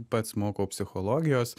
pats mokau psichologijos